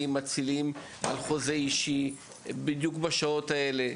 מצילים בחוזה אישי בדיוק בשעות האלה.